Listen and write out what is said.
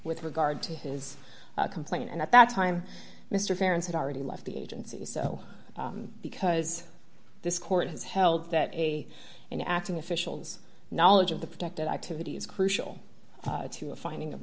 with regard to his complaint and at that time mr parents had already left the agency so because this court has held that a in acting officials knowledge of the project activity is crucial to a finding of